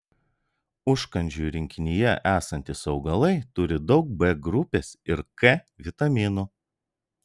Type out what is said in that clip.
užkandžių rinkinyje esantys augalai turi daug b grupės ir k vitaminų